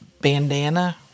bandana